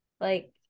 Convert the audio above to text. Like-